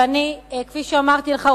וכפי שאמרתי לך,